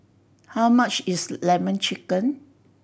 how much is Lemon Chicken